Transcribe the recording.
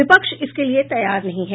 विपक्ष इसके लिए तैयार नहीं है